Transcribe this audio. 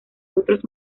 otros